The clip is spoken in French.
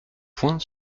point